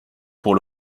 pour